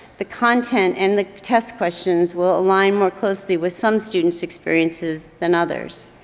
the content and the test questions will align more closely with some student's experiences than others.